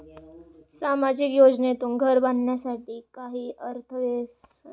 सामाजिक योजनेतून घर बांधण्यासाठी काही अर्थसहाय्य मिळेल का?